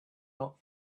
not